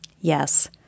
Yes